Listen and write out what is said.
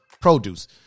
produce